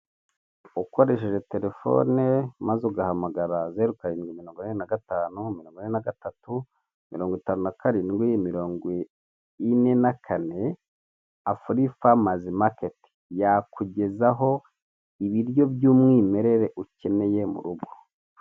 Ukoresheje telefone maze ugahamagara zeru karindwi mirongo inani na gatanu, mirongo ine na gatatu, mirongo itanu na karindwi, mirongo ine na kane afuri famazi maketi yakugezaho ibiryo by'umwimerere ukeneye mu rugo.